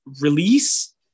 release